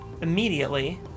immediately